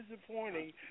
disappointing